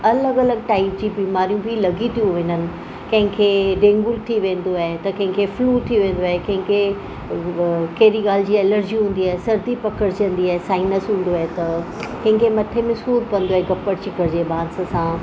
अलॻि अलॻि टाइप जी बीमारियूं बि लॻी थियूं वञनि कंहिंखे डेंगू थी वेंदो आहे त कंहिंखे फ्लू थी वेंदो आहे कंहिंखे कहिड़ी ॻाल्हि जी एलर्जी हूंदी आहे सर्दी पकड़जंदी आहे साइनस हूंदो आए त कंहिंखे मथे में सूरु पवंदो आहे कपड़ छिकण जे बांस सां